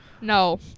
No